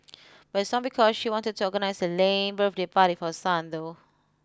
but it's not because she wanted to organise a lame birthday party for her son though